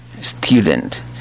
student